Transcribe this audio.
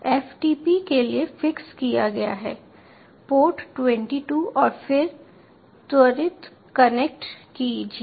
इसलिए यह FTP के लिए फिक्स किया गया है पोर्ट 22 और फिर त्वरित कनेक्ट कीजिए